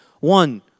One